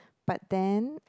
but then